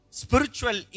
spiritual